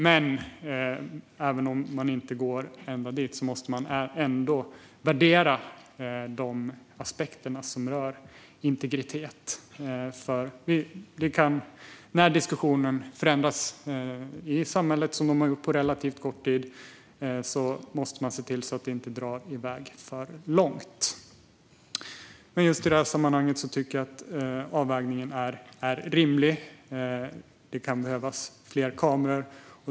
Men även om man inte går ända dit måste man ändå värdera de aspekter som rör integritet. När diskussionen förändras i samhället på relativt kort tid måste man se till att det inte drar iväg för långt. I det här sammanhanget tycker jag att avvägningen är rimlig. Det kan behövas fler kameror.